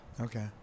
Okay